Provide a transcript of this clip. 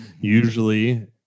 Usually